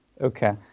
Okay